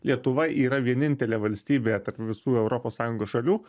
lietuva yra vienintelė valstybė tarp visų europos sąjungos šalių